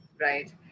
Right